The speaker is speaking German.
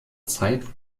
zeit